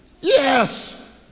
yes